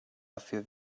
dafür